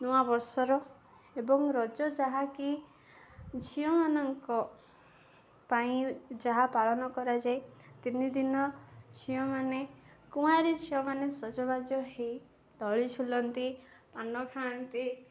ନୂଆ ବର୍ଷର ଏବଂ ରଜ ଯାହାକି ଝିଅମାନଙ୍କ ପାଇଁ ଯାହା ପାଳନ କରାଯାଏ ତିନିଦିନ ଝିଅମାନେ କୁଆଁରୀ ଝିଅମାନେ ସଜବାଜ ହେଇ ଦୋଳି ଝୁଲନ୍ତି ପାନ ଖାଆନ୍ତି